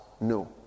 No